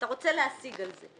אתה רוצה להשיג על זה.